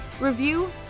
review